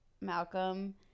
malcolm